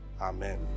Amen